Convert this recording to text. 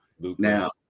now